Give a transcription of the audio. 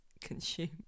consume